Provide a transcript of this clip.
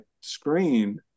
screen